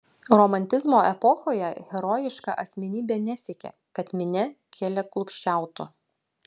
romantizmo epochoje herojiška asmenybė nesiekė kad minia keliaklupsčiautų